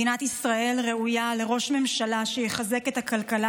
מדינת ישראל ראויה לראש ממשלה שיחזק את הכלכלה